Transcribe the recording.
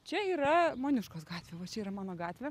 čia yra moniuškos gatvė va čia yra mano gatvė